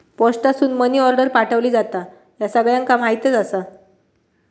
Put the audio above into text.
पोस्टासून money order पाठवली जाता, ह्या सगळ्यांका माहीतच आसा